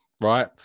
right